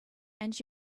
and